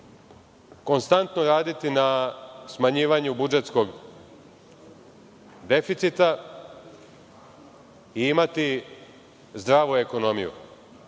konstantno raditi na smanjivanju budžetskog deficita, i imati zdravu ekonomiju.